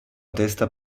testa